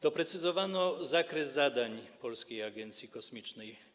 Doprecyzowano zakres zadań Polskiej Agencji Kosmicznej.